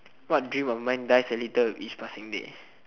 what dream of mine dies a little with each passing day